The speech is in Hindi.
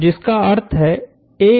तो जिसका अर्थ है है